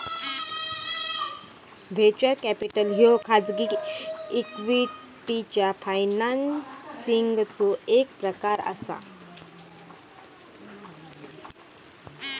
venture capital ह्यो खाजगी equity फायनान्सिंगचो एक प्रकार असा